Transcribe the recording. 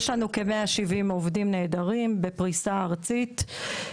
יש לנו כ-170 עובדים נהדרים בפריסה ארצית,